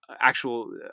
actual